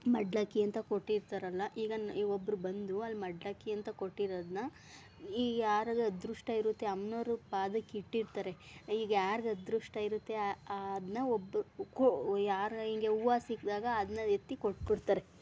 ಮಡಿಲಕ್ಕಿ ಅಂತ ಕೊಟ್ಟಿರ್ತಾರಲ್ಲ ಈಗ ನ್ ಈಗ ಒಬ್ಬರು ಬಂದು ಅಲ್ಲಿ ಮಡಿಲಕ್ಕಿ ಅಂತ ಕೊಟ್ಟಿರೋದನ್ನ ಈಗ ಯಾರಿಗ್ ಅದೃಷ್ಟ ಇರುತ್ತೆ ಅಮ್ನೋರು ಪಾದಕ್ಕಿಟ್ಟಿರ್ತಾರೆ ಈಗ ಯಾರ್ಗೆ ಅದೃಷ್ಟ ಇರುತ್ತೆ ಅದನ್ನ ಒಬ್ಬ ಕೊ ಯಾರರ ಹಿಂಗೆ ಹೂವು ಸಿಕ್ದಾಗ ಅದನ್ನ ಎತ್ತಿ ಕೊಟ್ಬಿಡ್ತಾರೆ